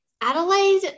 Adelaide